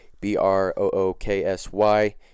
b-r-o-o-k-s-y